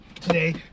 today